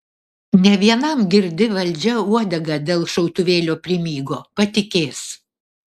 ne vienam girdi valdžia uodegą dėl šautuvėlio primygo patikės